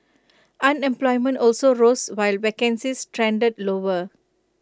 unemployment also rose while vacancies trended lower